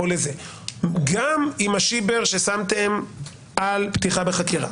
גם עם השיבר ששמתם על פתיחה בחקירה